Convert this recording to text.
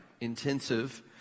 intensive